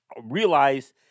realize